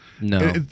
No